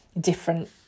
different